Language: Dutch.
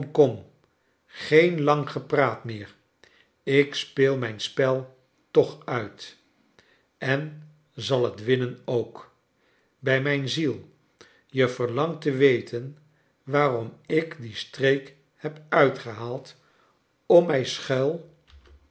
kom geen lang gepraat meer ik speel mijn spel toch uit en zal het winnen ook bij mijn ziel je verlangt te weten waarom ik dien streek heb uitgehaald om mij schuil